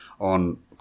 on